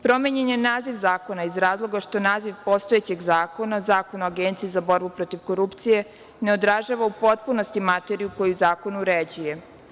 Promenjen je naziv zakona iz razloga što naziv postojećeg zakona, Zakona o Agenciji za borbu protiv korupcije ne odražava u potpunosti materiju koju zakon uređuje.